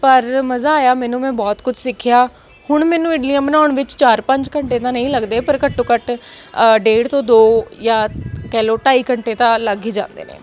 ਪਰ ਮਜ਼ਾ ਆਇਆ ਮੈਨੂੰ ਮੈਂ ਬਹੁਤ ਕੁਝ ਸਿੱਖਿਆ ਹੁਣ ਮੈਨੂੰ ਇਡਲੀਆਂ ਬਣਾਉਣ ਵਿੱਚ ਚਾਰ ਪੰਜ ਘੰਟੇ ਤਾਂ ਨਹੀਂ ਲੱਗਦੇ ਪਰ ਘੱਟੋ ਘੱਟ ਡੇਢ ਤੋਂ ਦੋ ਜਾਂ ਕਹਿ ਲਉ ਢਾਈ ਘੰਟੇ ਤਾਂ ਲੱਗ ਹੀ ਜਾਂਦੇ ਨੇ